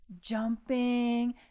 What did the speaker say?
jumping